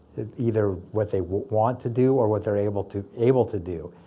either what they want to do or what they're able to able to do.